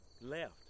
left